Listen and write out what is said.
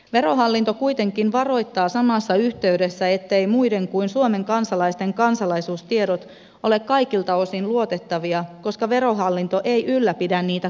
verohallinto kuitenkin varoittaa samassa yhteydessä etteivät muiden kuin suomen kansalaisten kansalaisuustiedot ole kaikilta osin luotettavia koska verohallinto ei ylläpidä niitä kattavasti